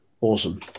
Awesome